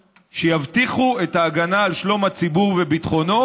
שיבטיחו את ההגנה על שלום הציבור וביטחונו,